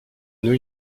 new